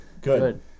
good